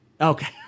Okay